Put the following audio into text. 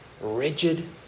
rigid